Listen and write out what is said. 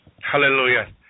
hallelujah